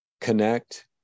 connect